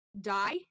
die